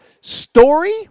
story-